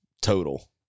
total